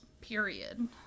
period